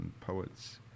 Poets